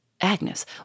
Agnes